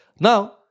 Now